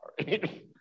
sorry